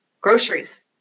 Groceries